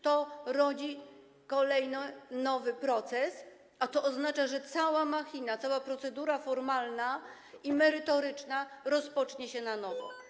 To rodzi kolejny nowy proces, a to oznacza, że cała machina ruszy, cała procedura formalna i merytoryczna rozpocznie się na nowo.